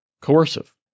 coercive